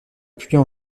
puis